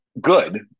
good